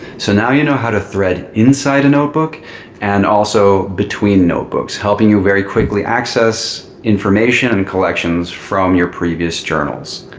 so now you know how to thread inside a notebook and also between notebooks, helping you very quickly access information and collections from your previous journals.